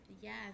yes